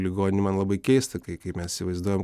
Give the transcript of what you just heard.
ligoninių man labai keista kai kai mes įsivaizduojam